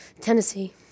Tennessee